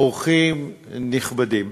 אורחים נכבדים,